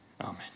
Amen